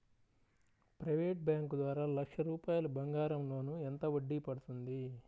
Private bank ద్వారా లక్ష రూపాయలు బంగారం లోన్ ఎంత వడ్డీ పడుతుంది?